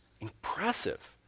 Impressive